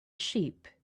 sheep